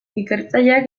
ikertzaileak